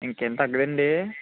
ఇంకా ఏం తగ్గదండీ